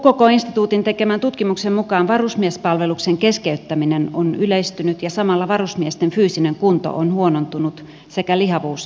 ukk instituutin tekemän tutkimuksen mukaan varusmiespalveluksen keskeyttäminen on yleistynyt ja samalla varusmiesten fyysinen kunto on huonontunut sekä lihavuus yleistynyt